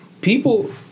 people